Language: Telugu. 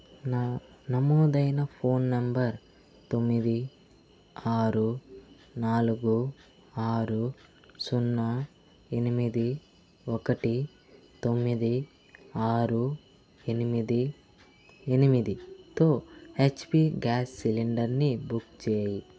నా నమోదైన ఫోన్ నంబర్ తొమ్మిది ఆరు నాలుగు ఆరు సున్నా ఎనిమిది ఒకటి తొమ్మిది ఆరు ఎనిమిది ఎనిమిదితో హెచ్పి గ్యాస్ సిలిండర్ని బుక్ చేయి